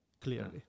clearly